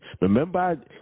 Remember